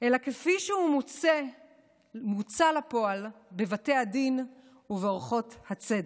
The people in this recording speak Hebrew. אלא "כפי שהוא מוצא לפועל בבתי הדין ובאורחות הצדק".